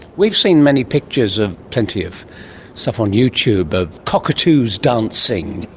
we've seen many pictures of plenty of stuff on youtube of cockatoos dancing.